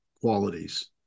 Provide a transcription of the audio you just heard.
qualities